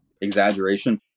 exaggeration